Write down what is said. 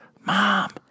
mom